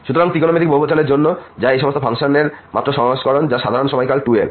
সুতরাং এই ত্রিকোণমিতিক পলিনমিয়াল এর জন্য যা এই সমস্ত ফাংশনের মাত্র সংস্করণ যার সাধারণ সময়কাল 2l